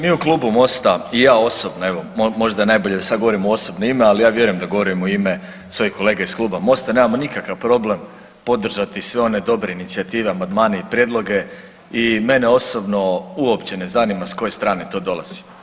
Mi u Klubu Mosta i ja osobno, evo možda je nabolje da sada govorim u osobno ime, ali ja vjerujem da govorim u ime svojih kolega iz Kluba Mosta nemamo nikakav problem podržati sve one dobre inicijative, amandmane i prijedloge i mene osobno uopće ne zanima s koje strane to dolazi.